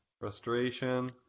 frustration